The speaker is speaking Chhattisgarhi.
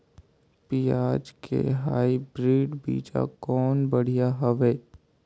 पियाज के हाईब्रिड बीजा कौन बढ़िया हवय?